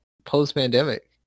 Post-pandemic